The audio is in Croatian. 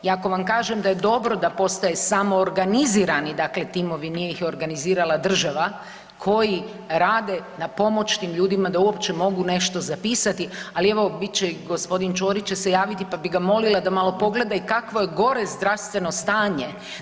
I ako vam kažem da je dobro da postoje samoorganizirani dakle timovi, nije ih organizirala država, koji rade na pomoći ljudima da uopće mogu nešto zapisati, ali evo bit će i g. Ćorić će se javiti, pa bi ga molila da malo pogleda i kakvo je gore zdravstveno stanje.